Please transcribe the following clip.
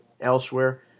elsewhere